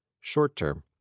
short-term